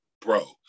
bro